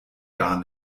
gar